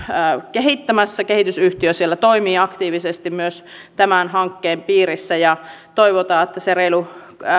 kehittämässä kehitysyhtiö siellä toimii aktiivisesti myös tämän hankkeen piirissä toivotaan että se reilu